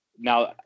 Now